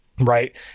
right